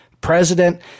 president